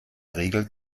regel